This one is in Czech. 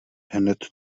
hned